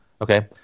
okay